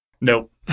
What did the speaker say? Nope